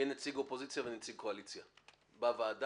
יהיה נציג אופוזיציה ונציג קואליציה בוועדה.